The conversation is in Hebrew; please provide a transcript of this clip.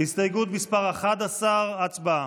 הסתייגות מס' 11, הצבעה.